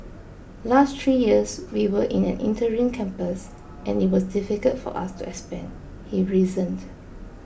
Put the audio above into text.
last three years we were in an interim campus and it was difficult for us to expand he reasoned